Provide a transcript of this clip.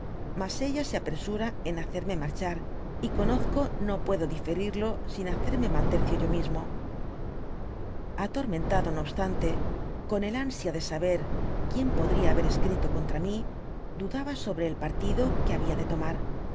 mas ella se apresura en hacerme marchar y conozco no puedo diferirlo gin hacerme mal tercio yo mismo atormentado no obstante con el ansia de sadby google ber quien podría haber escrito oozltra mí iiidaba sobre el partido que habia de tomar